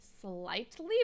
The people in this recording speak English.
slightly